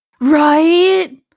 Right